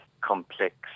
complex